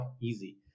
easy